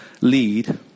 lead